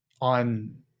on